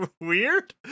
weird